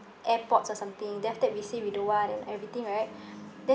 airpods or something then after that we said we don't want and everything right then